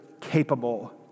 capable